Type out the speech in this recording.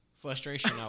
Frustration